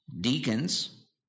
Deacons